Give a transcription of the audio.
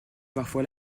parfois